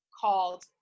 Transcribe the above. called